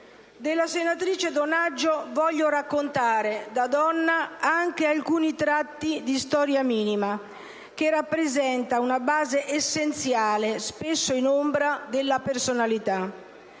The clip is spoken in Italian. Della senatrice Donaggio voglio raccontare, da donna, anche alcuni tratti di storia minima, che rappresenta una base essenziale, spesso in ombra, della personalità.